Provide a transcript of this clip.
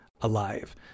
alive